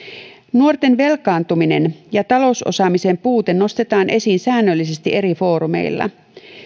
nuorten velkaantuminen ja talousosaamisen puute nostetaan esiin säännöllisesti eri foorumeilla